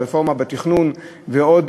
הרפורמה בתכנון ועוד,